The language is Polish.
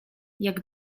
jak